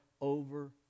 over